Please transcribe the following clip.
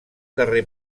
darrer